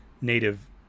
native